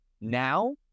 Now